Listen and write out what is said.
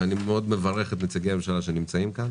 ואני מברך מאוד את נציגי הממשלה שנמצאים כאן